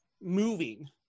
moving